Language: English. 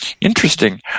Interesting